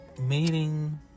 meeting